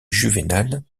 juvénal